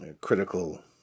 critical